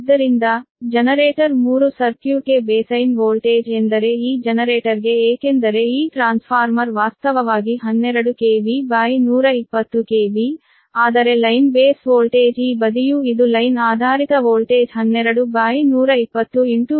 ಆದ್ದರಿಂದ ಜನರೇಟರ್ 3 ಸರ್ಕ್ಯೂಟ್ಗೆ baseline voltage ಎಂದರೆ ಈ ಜನರೇಟರ್ಗೆ ಏಕೆಂದರೆ ಈ ಟ್ರಾನ್ಸ್ಫಾರ್ಮರ್ ವಾಸ್ತವವಾಗಿ 12 KV 120 KV ಆದರೆ ಲೈನ್ ಬೇಸ್ ವೋಲ್ಟೇಜ್ ಈ ಬದಿಯೂ ಇದು ಲೈನ್ ಆಧಾರಿತ ವೋಲ್ಟೇಜ್ ವೋಲ್ಟ್ ಆದರೆ ಈ ಬದಿಯು 11